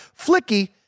Flicky